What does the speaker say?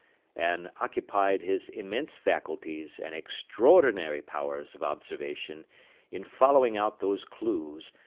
and occupied his immense faculties and extraordinary powers of observation in following out those clues,